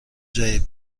جدید